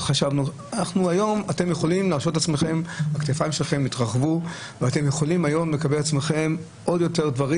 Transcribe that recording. היום הכתפיים שלכם התרחבו ואתם יכולים לקבל על עצמכם עוד דברים,